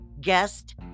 guest